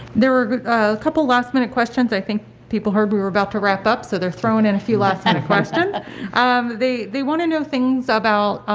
there were a couple last-minute questions. i think people heard we were about to wrap up so they're throwing in a few last minute and questions. um they they want to know things about,